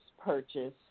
purchase